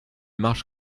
marche